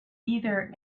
either